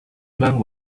flung